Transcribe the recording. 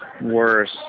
worse